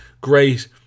great